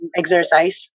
exercise